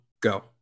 go